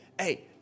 hey